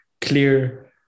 clear